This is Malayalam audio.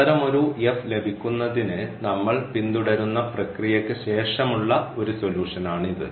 അത്തരമൊരു എഫ് ലഭിക്കുന്നതിന് നമ്മൾ പിന്തുടരുന്ന പ്രക്രിയയ്ക്ക് ശേഷമുള്ള ഒരു സൊലൂഷൻ ആണിത്